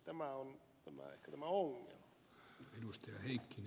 tämä on ehkä tämä ongelma